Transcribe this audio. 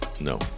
No